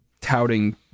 Touting